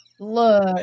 look